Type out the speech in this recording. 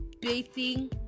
bathing